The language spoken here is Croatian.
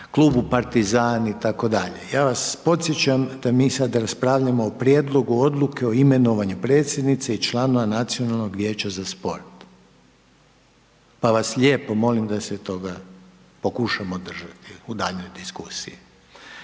klubu partizani itd. Ja vas podsjećam da mi sad raspravljamo o prijedlogu odluke o imenovanju predsjednice i članova Nacionalnog vijeća za sport, pa vas lijepo molim da se toga pokušamo držati u daljnjoj diskusiji.